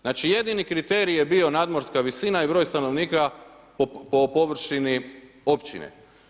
Znači jedini kriterij je bio nadmorska visina i broj stanovnika po površini općine.